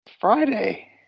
Friday